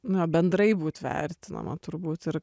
na bendrai būt vertinama turbūt ir